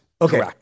Okay